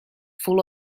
full